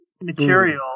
material